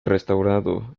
restaurado